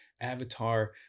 avatar